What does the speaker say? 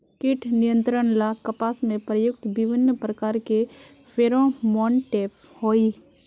कीट नियंत्रण ला कपास में प्रयुक्त विभिन्न प्रकार के फेरोमोनटैप होई?